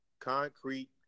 concrete